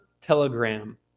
Telegram